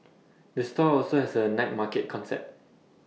the store also has A night market concept